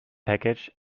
package